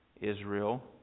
Israel